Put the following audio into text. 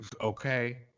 Okay